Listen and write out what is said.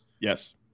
Yes